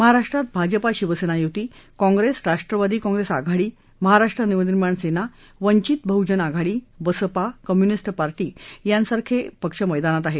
महाराष्ट्रात भाजपा शिवसेना युती Congress Rashtravadi Congress आघाडी महाराष्ट्र नवनिर्माण सेना वंचित बह्जन आघाडी बसपा कम्युनिस्ट पार्टी सारखे पक्ष मैदानात आहेत